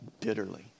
bitterly